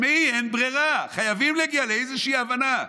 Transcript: שמעי, אין ברירה, חייבים להגיע לאיזושהי הבנה.